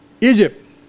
Egypt